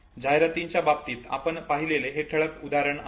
जाहिरातींच्या बाबतीत आपण पाहिलेले हे एक ठळक उदाहरण आहे